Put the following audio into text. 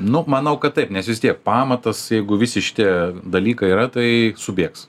nu manau kad taip nes vis tiek pamatas jeigu visi šitie dalykai yra tai subėgs